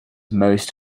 most